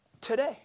today